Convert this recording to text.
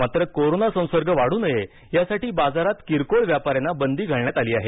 मात्र कोरोना संसर्ग वाढू नये यासाठी बाजारात किरकोळ व्यापाऱ्यांना बंदी करण्यात आली आहे